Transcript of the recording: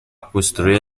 costruire